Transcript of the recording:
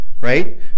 right